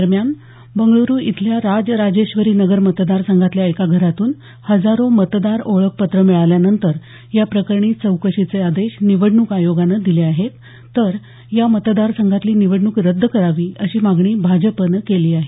दरम्यान बंगळ्रु इथल्या राज राजेश्वरी नगर मतदारसंघातल्या एका घरातून हजारो मतदार ओळखपत्रं मिळाल्यानंतर या प्रकरणी चौकशीचे आदेश निवडणूक आयोगानं दिले आहेत तर या मतदारसंघातली निवडणूक रद्द करावी अशी मागणी भाजपनं केली आहे